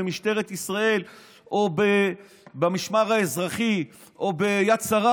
במשטרת ישראל או במשמר האזרחי או ביד שרה,